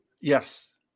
Yes